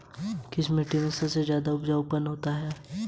Floating बनाम fixed rate term deposit कौन सा बेहतर है?